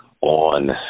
on